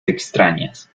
extrañas